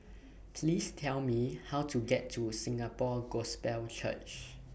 Please Tell Me How to get to Singapore Gospel Church